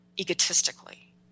Egotistically